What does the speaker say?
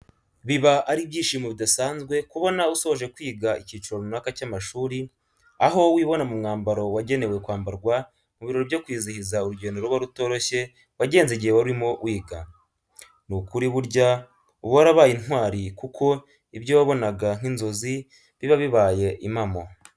Biba ari ibyishimo bidasanzwe kubona usoje kwiga icyiciro runaka cy'amashuri, aho wibona mu mwambaro wagenewe kwambarwa mu birori byo kwizihiza urugendo ruba rutoroshye wagenze igihe warimo wiga, ni ukuri burya uba warabaye intwari kuko ibyo wabonaga nk'inzozi biba bibaye impamo.